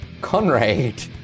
Conrad